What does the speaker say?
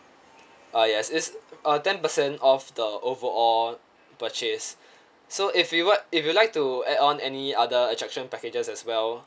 uh yes it's um ten percent off the overall purchase so if you want if you'll like to add on any other attraction packages as well